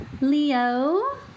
Leo